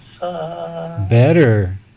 Better